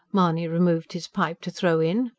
mahony removed his pipe to throw in.